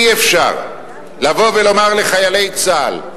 אי-אפשר לבוא ולומר לחיילי צה"ל,